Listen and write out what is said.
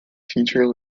teacher